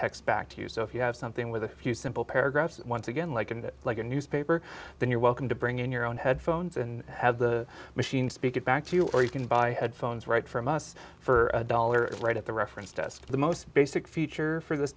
text back to you so if you have something with a few simple paragraphs once again like it like a newspaper then you're welcome to bring in your own headphones and have the machine speak it back to you or you can buy headphones right from us for a dollar right at the reference desk the most basic feature for this